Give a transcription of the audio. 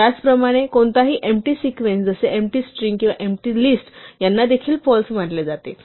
त्याचप्रमाणे कोणताही empty sequence जसे एम्पटी स्ट्रिंग किंवा एम्पटी लिस्ट यांना देखील फाल्स मानले जाते